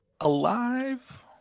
alive